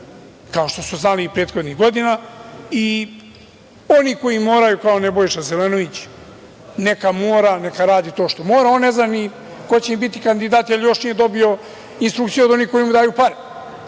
kao što su znali i prethodnih godina i oni koji moraju, kao što je Nebojša Zelenović, neka mora, neka rati to što mora, on ne zna ni ko će biti kandidat jer još nije dobio instrukcije od onih koji mu daju pare.